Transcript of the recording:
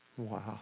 Wow